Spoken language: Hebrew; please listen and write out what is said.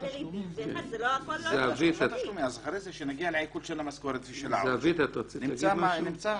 אז כשנגיע לעיקול של המשכורת, נמצא.